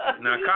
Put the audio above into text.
now